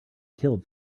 killed